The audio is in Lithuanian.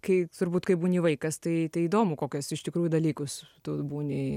kai turbūt kai būni vaikas tai tai įdomu kokius iš tikrųjų dalykus tu būni